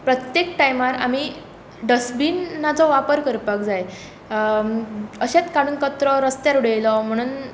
प्रत्येक टायमार आमी डस्टबिनाचो वापर करपाक जाय अशेंच काडून कचरो रस्तत्यार उडयलो म्हणून